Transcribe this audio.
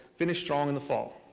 finished strong in the fall.